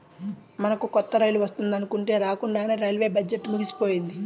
మనకు కొత్త రైలు వస్తుందనుకుంటే రాకండానే రైల్వే బడ్జెట్టు ముగిసిపోయింది